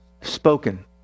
Spoken